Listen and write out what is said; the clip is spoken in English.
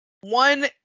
One